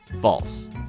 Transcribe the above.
False